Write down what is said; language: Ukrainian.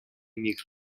міх